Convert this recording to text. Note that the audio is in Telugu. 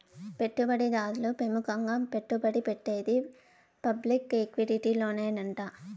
పెట్టుబడి దారులు పెముకంగా పెట్టుబడి పెట్టేది పబ్లిక్ ఈక్విటీలోనేనంట